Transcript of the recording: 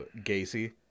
Gacy